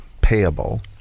payable